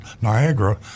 niagara